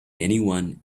anyone